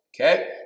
Okay